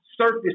surface